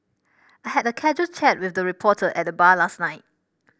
I had a casual chat with the reporter at the bar last night